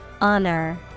Honor